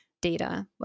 data